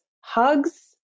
hugs